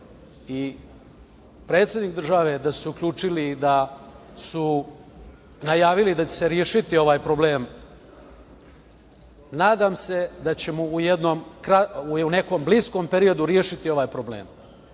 i predsednik države da su se uključili da su najavili da će se rešiti ovaj problem. Nadam se da ćemo u bliskom periodu rešiti ovaj problem.